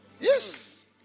Yes